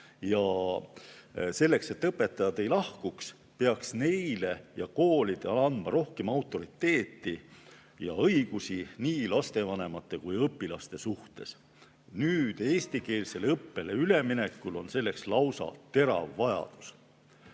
Selleks, et õpetajad ei lahkuks, peaks neile ja koolidele andma rohkem autoriteeti ja õigusi nii lastevanemate kui õpilaste suhtes. Nüüd, eestikeelsele õppele üleminekul, on selleks lausa terav vajadus.